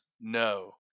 no